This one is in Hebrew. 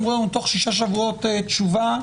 אמרו לנו שתוך שישה שבועות תינתן תשובה,